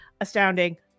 astounding